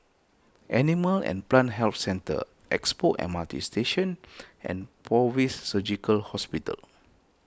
Animal and Plant Health Centre Expo M R T Station and fortis Surgical Hospital